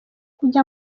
kujya